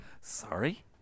Sorry